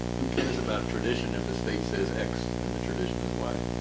who cares about tradition if the state says x and the tradition is y,